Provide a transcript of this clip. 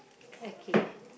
okay